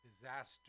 disaster